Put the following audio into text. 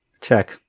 Check